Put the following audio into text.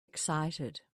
excited